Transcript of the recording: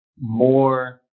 more